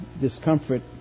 discomfort